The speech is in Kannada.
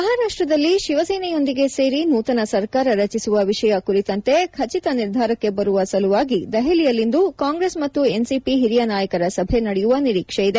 ಮಹಾರಾಷ್ಟ್ದಲ್ಲಿ ಶಿವಸೇನೆಯೊಂದಿಗೆ ಸೇರಿ ನೂತನ ಸರ್ಕಾರ ರಚಿಸುವ ವಿಷಯ ಕುರಿತಂತೆ ಖಚಿತ ನಿರ್ಧಾರಕ್ನೆ ಬರುವ ಸಲುವಾಗಿ ದೆಹಲಿಯಲ್ಲಿಂದು ಕಾಂಗ್ರೆಸ್ ಮತ್ತು ಎನ್ಸಿಪಿ ಹಿರಿಯ ನಾಯಕರ ಸಭೆ ನಡೆಯುವ ನಿರೀಕ್ಷೆ ಇದೆ